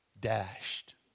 Dashed